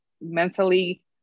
mentally